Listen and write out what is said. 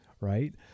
right